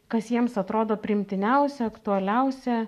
kas jiems atrodo priimtiniausia aktualiausia